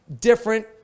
different